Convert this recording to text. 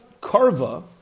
Karva